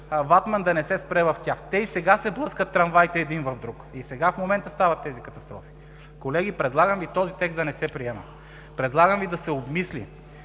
ватман да не се спре в тях. Те и сега трамваите се блъскат един в друг, и сега, в момента стават тези катастрофи. Колеги, предлагам този текст да не се приема. Предлагам да се обмисли